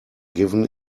given